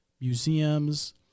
museums